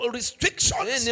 restrictions